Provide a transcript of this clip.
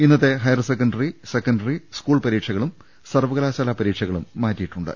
ഇന്നത്തെ higher secondary secondary school പരീക്ഷകളും സർവ കലാശാലാ പരീക്ഷകളും മാറ്റിയിട്ടുണ്ട്